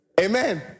Amen